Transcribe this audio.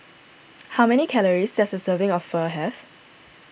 how many calories does a serving of Pho have